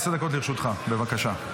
עשר דקות לרשותך, בבקשה.